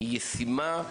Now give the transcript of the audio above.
היא ישימה?